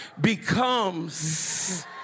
becomes